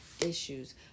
issues